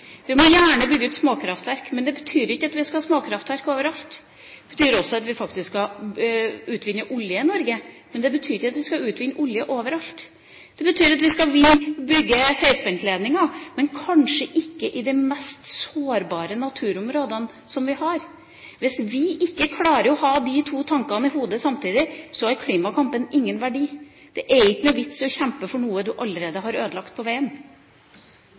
Vi må gjerne bygge ut småkraftverk, men det betyr ikke at vi skal ha småkraftverk overalt. Det betyr at vi faktisk også skal utvinne olje i Norge, men ikke at vi skal utvinne olje overalt. Det betyr at vi skal bygge høyspentledninger, men kanskje ikke i de mest sårbare naturområdene vi har. Hvis vi ikke klarer å ha to tanker i hodet samtidig, så har klimakampen ingen verdi. Det er ikke noe vits i å kjempe for noe man allerede har ødelagt på veien.